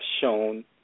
shown